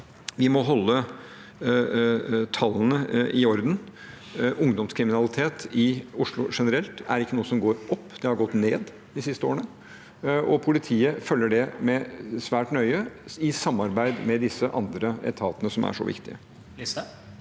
vi må holde tallene i orden. Ungdomskriminalitet i Oslo generelt er ikke noe som går opp, den har gått ned de siste årene. Politiet følger det svært nøye i samarbeid med de andre etatene som er så viktige.